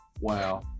wow